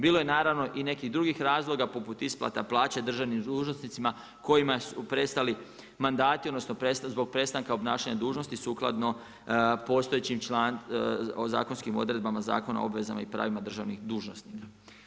Bilo je i nekih drugih razloga, poput isplate plaća državnim dužnosnicima kojima su prestali mandat odnosno zbog prestanka obnašanja dužnosti sukladno postojećim zakonskim odredbama Zakona o obvezama i pravima državnih dužnosnika.